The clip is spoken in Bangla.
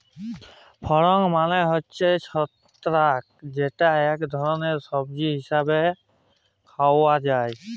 ফাঙ্গাস মালে হছে ছত্রাক যেট ইক ধরলের সবজি হিসাবে খাউয়া হ্যয়